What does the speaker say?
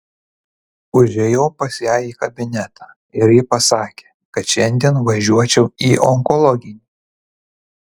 užėjau pas ją į kabinetą ir ji pasakė kad šiandien važiuočiau į onkologinį